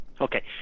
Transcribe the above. Okay